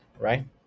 right